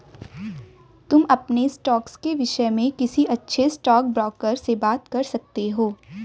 तुम अपने स्टॉक्स के विष्य में किसी अच्छे स्टॉकब्रोकर से बात कर सकते हो